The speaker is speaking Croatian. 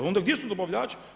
Onda gdje su dobavljači?